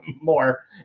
more